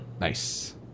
nice